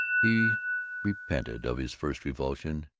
he repented of his first revulsion,